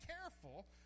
careful